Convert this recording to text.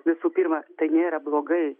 visų pirma tai nėra blogai